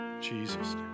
Jesus